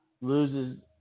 loses